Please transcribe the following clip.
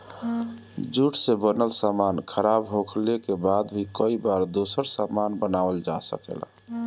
jute से बनल सामान खराब होखले के बाद भी कई बार दोसर सामान बनावल जा सकेला